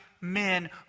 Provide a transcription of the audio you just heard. men